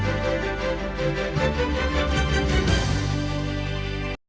Дякую